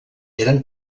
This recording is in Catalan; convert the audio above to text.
eren